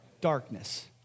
darkness